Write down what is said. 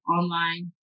online